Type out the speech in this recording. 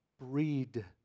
breed